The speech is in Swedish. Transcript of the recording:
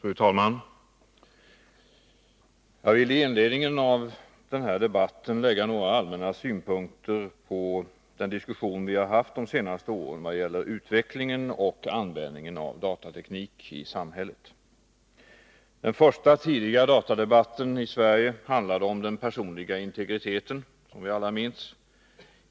Fru talman! Jag vill i inledningen av den här debatten anlägga några allmänna synpunkter på den diskussion vi har haft de senaste åren vad gäller utvecklingen och användningen av datateknik i samhället. Den första tidiga datadebatten i Sverige handlade om den personliga integriteten, som vi alla minns.